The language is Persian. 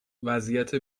وضعیت